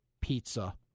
pizza